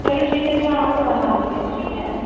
چلو ٹھیک ہے اچھا آپ کو بنا دے رہے ہیں ٹھیک ہے